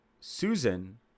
Susan